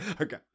Okay